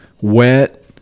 wet